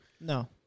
No